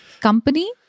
Company